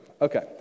Okay